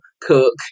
cook